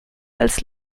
als